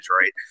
right